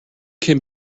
can